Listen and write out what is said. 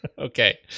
Okay